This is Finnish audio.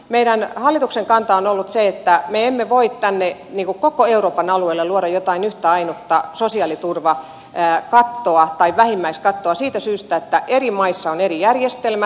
meidän hallituksen kanta on ollut se että me emme voi tänne koko euroopan alueelle luoda yhtä ainutta sosiaaliturvakattoa tai vähimmäiskattoa siitä syystä että eri maissa on eri järjestelmät